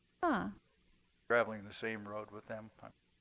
ah traveling the same road with them.